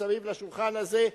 מסביב לשולחן הזה,